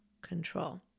control